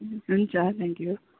हुन्छ थ्याङक्यु